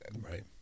Right